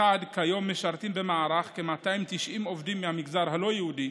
כיום משרתים במערך כ-290 עובדים מהמגזר הלא-יהודי,